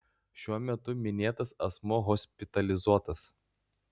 šiuo metu minėtas asmuo hospitalizuotas